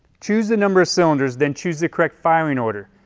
choose the number of cylinders, then choose the correct firing order.